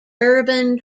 urban